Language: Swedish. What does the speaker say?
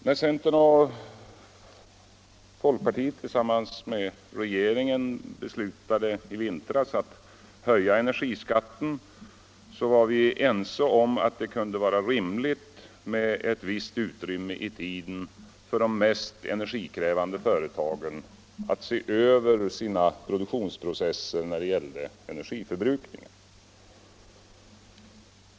När centern och folkpartiet tillsammans med regeringen i vintras beslutade att höja energiskatten, var vi ense om att det kunde vara rimligt med ett visst utrymme i tiden för de mest energikrävande företagen att se över sina produktionsprocesser när det gällde energiförbrukningen.